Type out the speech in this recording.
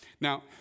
Now